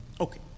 Okay